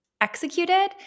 executed